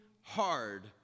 hard